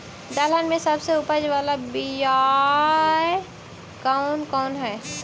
दलहन में सबसे उपज बाला बियाह कौन कौन हइ?